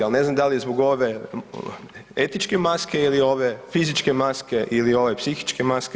Ali ne znam da li je zbog ove etičke maske ili ove fizičke maske, ili ove psihičke maske.